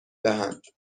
دهند